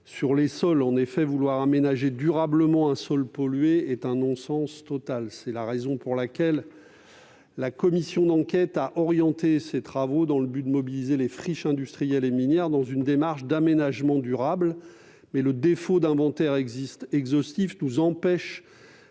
sur les sols. En effet, vouloir aménager durablement un sol pollué est un non-sens total. C'est la raison pour laquelle la commission d'enquête a orienté ses travaux en vue de mobiliser les friches industrielles et minières dans une démarche d'aménagement durable. Mais le défaut d'inventaire exhaustif nous empêche